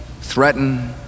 threaten